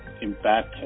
impact